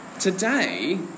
Today